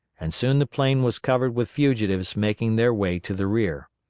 and soon the plain was covered with fugitives making their way to the rear.